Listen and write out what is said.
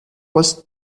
was